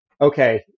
okay